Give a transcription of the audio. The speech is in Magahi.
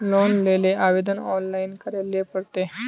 लोन लेले आवेदन ऑनलाइन करे ले पड़ते?